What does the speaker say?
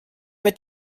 mit